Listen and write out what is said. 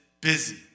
busy